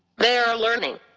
they are learning.